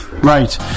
Right